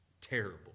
terrible